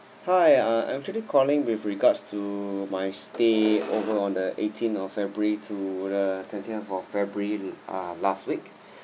hi uh I'm actually calling with regards to my stay over on the eighteen of february to the twentieth of february uh last week